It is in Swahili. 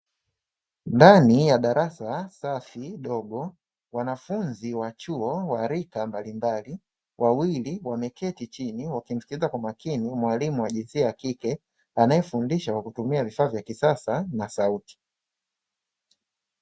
Ndani ya darasa safi dogo, wanafunzi wa chuo wa rika mbalimbali; wawili wameketi chini wakimsikiliza kwa makini mwalimu wa jinsia ya kike, anayefundisha kwa kutumia vifaa vya kisasa na sauti.